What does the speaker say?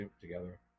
together